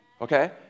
Okay